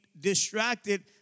distracted